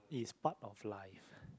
it's part of life